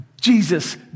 Jesus